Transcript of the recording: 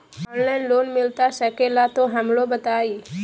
Online loan मिलता सके ला तो हमरो बताई?